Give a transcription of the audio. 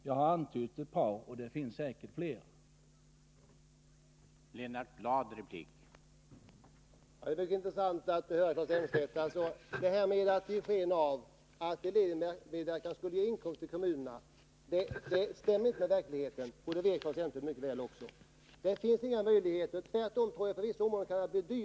Jag har antytt ett par områden där elevernas insatser skulle kunna tas till vara, och det finns säkert fler.